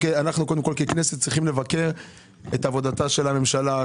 ככנסת צריכים לבקר את עבודתה של הממשלה,